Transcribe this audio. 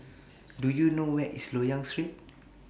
Do YOU know Where IS Loyang Street